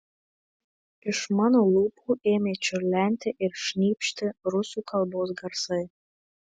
iš mano lūpų ėmė čiurlenti ir šnypšti rusų kalbos garsai